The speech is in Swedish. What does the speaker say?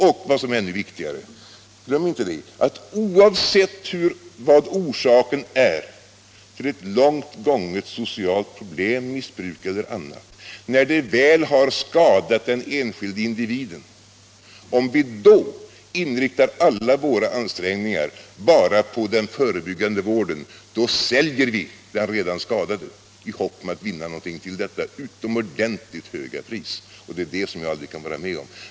Och — vad som är ännu viktigare — oavsett vilken orsaken är till ett långt gånget socialt problem, missbruk eller annat, om vi när det väl har skadat den enskilde individen inriktar alla ansträngningar på den förebyggande vården säljer vi den redan skadade i hopp att vinna någonting till detta utomordentligt höga pris, och det är det jag aldrig kan vara med om.